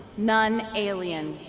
none alien